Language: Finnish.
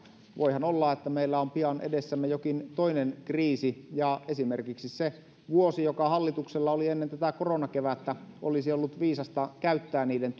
voihan olla että meillä on pian edessämme jokin toinen kriisi ja esimerkiksi se vuosi joka hallituksella oli ennen tätä koronakevättä olisi ollut viisasta käyttää niiden